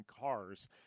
cars